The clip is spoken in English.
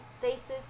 faces